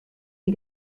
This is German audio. die